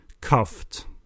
cuffed